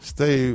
Stay